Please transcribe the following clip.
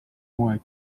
hooaeg